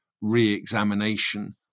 re-examination